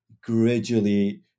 gradually